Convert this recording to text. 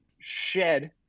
shed